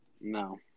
No